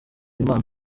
imana